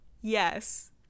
Yes